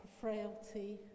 frailty